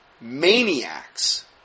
maniacs